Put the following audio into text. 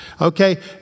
Okay